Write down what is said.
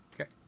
Okay